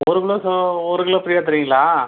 ஒரு kilo so ஒரு kilo ஃப்ரீயாக தருவீங்களா